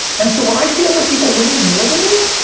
and so when i see other people winning more than me,